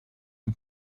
and